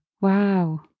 Wow